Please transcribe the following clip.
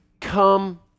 come